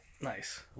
Nice